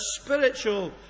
spiritual